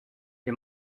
the